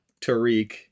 Tariq